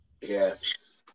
Yes